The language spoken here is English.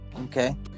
Okay